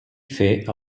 fer